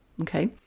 okay